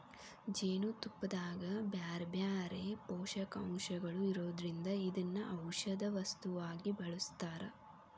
ಜೇನುತುಪ್ಪದಾಗ ಬ್ಯಾರ್ಬ್ಯಾರೇ ಪೋಷಕಾಂಶಗಳು ಇರೋದ್ರಿಂದ ಇದನ್ನ ಔಷದ ವಸ್ತುವಾಗಿ ಬಳಸ್ತಾರ